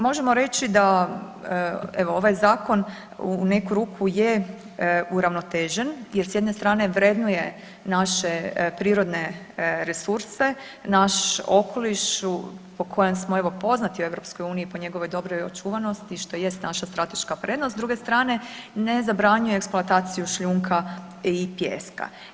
Možemo reći da evo ovaj zakon u neku ruku je uravnotežen jer s jedne strane vrednuje naše prirodne resurse, naš okoliš po kojem smo evo poznati u EU-u, po njegovoj dobroj očuvanosti što jest naša strateška prednost, s druge strane, ne zabranjuje eksploataciju šljunka i pijeska.